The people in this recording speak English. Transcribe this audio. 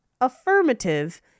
Affirmative